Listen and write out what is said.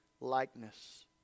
likeness